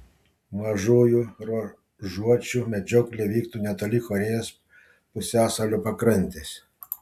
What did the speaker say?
mažųjų ruožuočių medžioklė vyktų netoli korėjos pusiasalio pakrantės